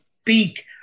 speak